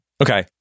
Okay